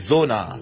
Zona